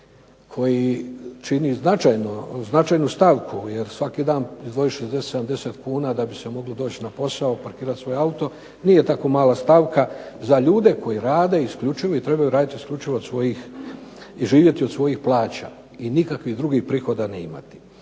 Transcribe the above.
koji čini značajnu stavku, jer svaki dan izdvojiti 60, 70 kuna da bi se moglo doći na posao i parkirati auto nije tako mala stavka za ljude koji rade i trebaju raditi i živjeti isključivo od svojih plaća i nikakvih drugih prihoda ne imati.